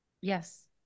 Yes